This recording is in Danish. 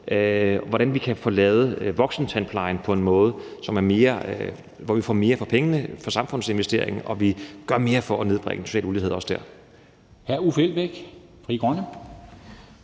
hvordan vi kan få lavet voksentandplejen på en måde, hvor vi får mere for pengene, for samfundsinvesteringen, og også der gør mere for at nedbringe den sociale ulighed. Kl.